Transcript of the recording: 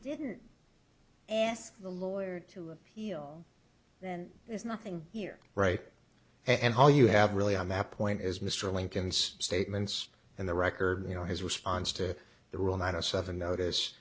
didn't ask the lawyer to appeal then there's nothing here right and all you have really on that point is mr lincoln's statements and the record you know his response to the rule not a seven notice